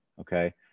okay